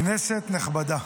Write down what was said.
כנסת נכבדה,